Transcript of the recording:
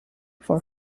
for